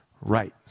right